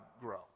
grow